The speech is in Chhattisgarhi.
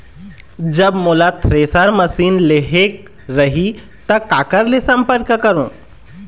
जब मोला थ्रेसर मशीन लेहेक रही ता काकर ले संपर्क करों?